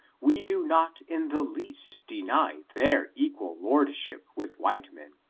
we do not in the least deny their equal lordship with white men,